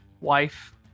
wife